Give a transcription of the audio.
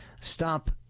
stop